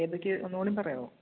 ഏതൊക്കെയാണ് ഒന്നുകൂടിയും പറയാമോ